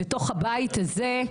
בתוך הבית הזה,